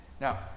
Now